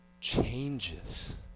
changes